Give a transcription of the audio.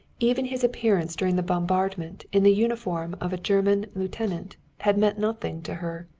even his appearance during the bombardment in the uniform of a german lieutenant had meant nothing to her.